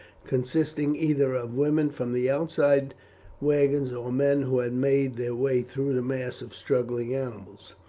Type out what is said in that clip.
consisting either of women from the outside wagons or men who had made their way through the mass of struggling animals.